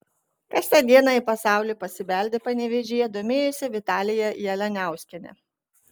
kas tą dieną į pasaulį pasibeldė panevėžyje domėjosi vitalija jalianiauskienė